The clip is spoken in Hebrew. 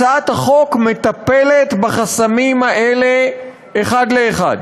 הצעת החוק מטפלת בחסמים האלה אחד לאחד,